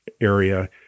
area